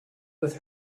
with